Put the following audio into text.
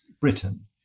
Britain